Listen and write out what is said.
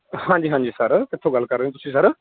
ਹਾਂਜੀ ਹਾਂਜੀ ਸਰ ਕਿੱਥੋਂ ਗੱਲ ਕਰ ਰਹੇ ਹੋ ਤੁਸੀਂ ਸਰ